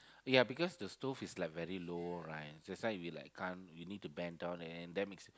ya because the stove is like very low right that's why we like can't we need to bend down and then that makes